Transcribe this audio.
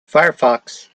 firefox